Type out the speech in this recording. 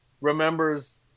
remembers